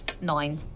nine